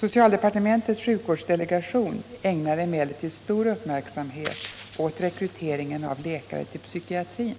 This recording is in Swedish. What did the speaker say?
Socialdepartementets sjukvårdsdelegation ägnar emellertid stor uppmärksamhet åt rekryteringen av läkare till psykiatrin